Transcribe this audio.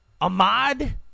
Ahmad